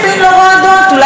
אולי התרגלנו.